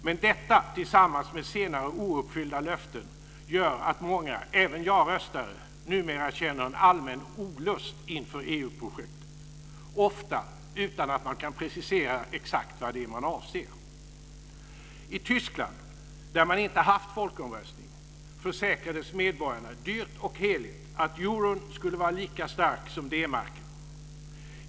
Men detta tillsammans med senare ouppfyllda löften gör att många, även ja-röstare, numera känner en allmän olust inför EU-projektet, ofta utan att man kan precisera exakt vad det är man avser. I Tyskland, där man inte har haft folkomröstning, försäkrades medborgarna dyrt och heligt att euron skulle vara lika stark som D-marken.